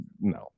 no